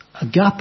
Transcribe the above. agape